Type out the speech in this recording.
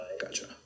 Gotcha